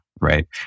right